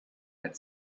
had